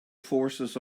forces